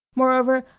moreover,